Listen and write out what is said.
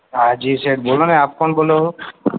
હાજી સાહેબ બોલો ને આપ કોણ બોલો